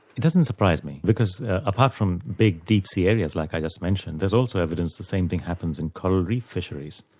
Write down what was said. it doesn't surprise me because apart from big deep-sea areas like i just mentioned there's also evidence the same thing happens in coral reef fisheries.